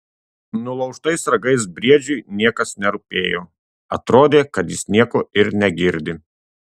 nulaužtais ragais briedžiui niekas nerūpėjo atrodė kad jis nieko ir negirdi